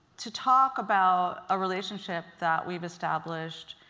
to talk about a relationship that we've established